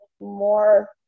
more